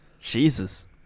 jesus